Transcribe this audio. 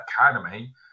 Academy